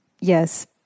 yes